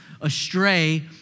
astray